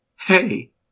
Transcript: hey